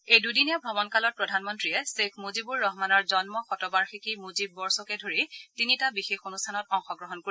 এই দুদিনীয়া ভ্ৰমণকালত প্ৰধানমন্ত্ৰীয়ে শ্বেখ মুজিবুৰ ৰহমানৰ জন্ম শতবাৰ্ষিকী মুজিব বৰ্ষকে ধৰি তিনিটা বিশেষ অনুষ্ঠানত অংশগ্ৰহণ কৰিব